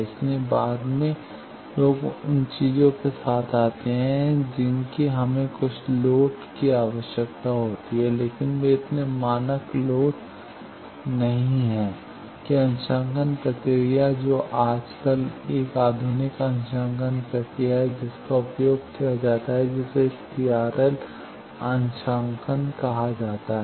इसलिए बाद में लोग उन चीजों के साथ आते हैं जिनकी हमें कुछ लोड की आवश्यकता होती है लेकिन वे इतने मानक मानक लोड नहीं हैं कि अंशांकन प्रक्रिया जो कि आजकल एक आधुनिक अंशांकन प्रक्रिया है जिसका उपयोग किया जाता है जिसे TRL अंशांकन कहा जाता है